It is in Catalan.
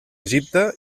egipte